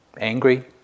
angry